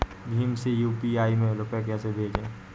भीम से यू.पी.आई में रूपए कैसे भेजें?